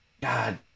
God